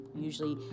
usually